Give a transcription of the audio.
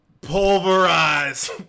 Pulverize